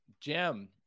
Jim